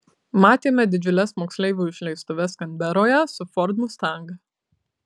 matėme didžiules moksleivių išleistuves kanberoje su ford mustang